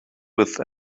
with